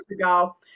ago